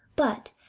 but,